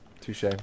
Touche